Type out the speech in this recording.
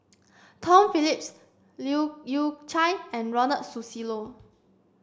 Tom Phillips Leu Yew Chye and Ronald Susilo